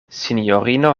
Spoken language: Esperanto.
sinjorino